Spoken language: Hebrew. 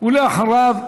ואחריו,